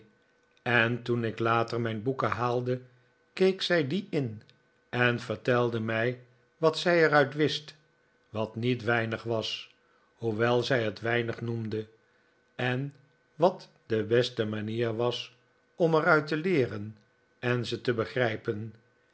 en toen ik later mijn boeken haalde keek zij die in en vertelde mij wat zij er uit wist wat niet weinig was hoewel zij hetweinig noemde en wat de beste manier was om er uit te leeren en ze te begrijpen